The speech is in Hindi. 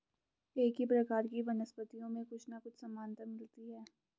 एक ही प्रकार की वनस्पतियों में कुछ ना कुछ समानता मिलती है